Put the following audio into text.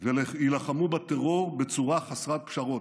ויילחמו בטרור בצורה חסרת פשרות.